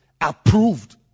approved